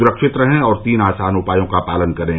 सुरक्षित रहें और तीन आसान उपायों का पालन करें